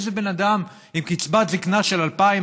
איזה בן אדם עם קצבת זקנה של 2,000,